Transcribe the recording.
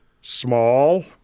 Small